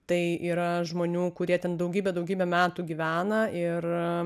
tai yra žmonių kurie ten daugybę daugybę metų gyvena ir